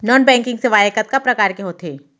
non banking सेवाएं कतका प्रकार के होथे